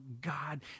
God